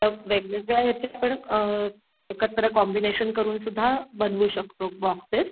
तर वेगवेगळ्या ह्याचे आपण एकत्र कॉम्बिनेशन करून सुद्धा बनवू शकतो बॉक्सेस